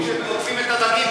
עוטפים את הדגים,